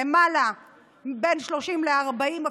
בין 30,000 ל-40,000,